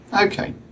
okay